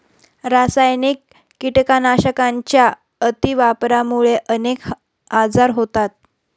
रासायनिक कीटकनाशकांच्या अतिवापरामुळे अनेक आजार होतात